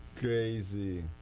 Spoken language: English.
Crazy